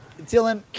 Dylan